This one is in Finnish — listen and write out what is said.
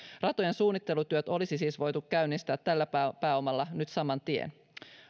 ratojen suunnittelutyöt olisi siis voitu käynnistää tällä pääomalla nyt saman tien